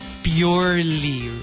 Purely